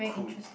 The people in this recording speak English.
cool